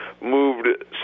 moved